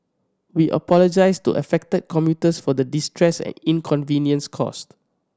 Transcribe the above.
we apologise to affected commuters for the distress and inconvenience caused